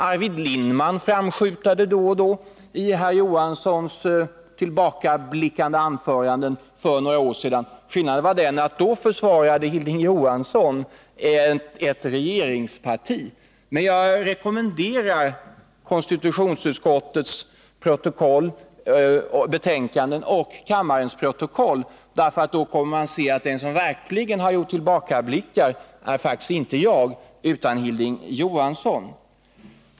Arvid Lindman framskymtade då och då i herr Johanssons tillbakablickande anföranden för några år sedan. Skillnaden var den att då försvarade Hilding Johansson ett regeringsparti. Men jag rekommenderar konstitutionsutskottets betänkanden och kammarens protokoll till läsning. Då kommer man att se att den som verkligen har gjort tillbakablickar faktiskt inte är jag utan Hilding Johansson.